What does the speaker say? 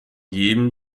jedem